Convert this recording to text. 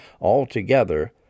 altogether